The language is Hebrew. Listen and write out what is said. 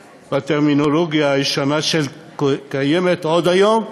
בטרמינולוגיה הישנה שקיימת עוד היום,